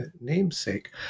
namesake